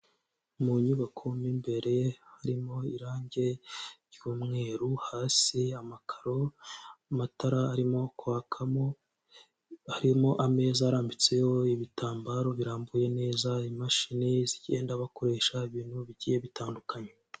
Mu nyubako mo imbere ye harimo irange ry'umweru, hasi amakaro amatara arimo kwakamo, harimo ameza arambitseho ibitambaro birambuye neza, imashini zigenda bakoresha ibintu bigiye bitandukanye.